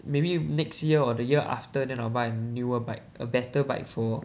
maybe next year or the year after then I will buy a newer bike a better bike for